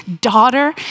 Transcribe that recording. daughter